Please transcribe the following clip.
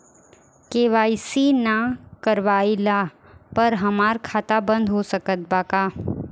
KYC ना करवाइला पर हमार खाता बंद हो सकत बा का?